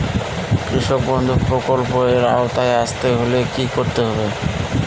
কৃষকবন্ধু প্রকল্প এর আওতায় আসতে হলে কি করতে হবে?